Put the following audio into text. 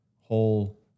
whole